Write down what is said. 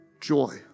joy